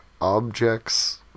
objects